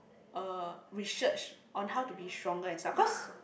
uh research on how to be stronger and stuff cause